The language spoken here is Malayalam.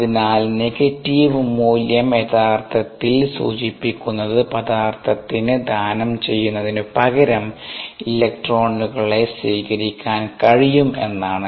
അതിനാൽ നെഗറ്റീവ് മൂല്യം യഥാർത്ഥത്തിൽ സൂചിപ്പിക്കുന്നത് പദാർത്ഥത്തിന് ദാനം ചെയ്യുന്നതിനുപകരം ഇലക്ട്രോണുകളെ സ്വീകരിക്കാൻ കഴിയും എന്നാണ്